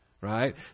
Right